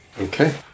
Okay